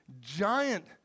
giant